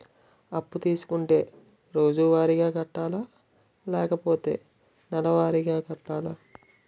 అప్పు తీసుకుంటే రోజువారిగా కట్టాలా? లేకపోతే నెలవారీగా కట్టాలా?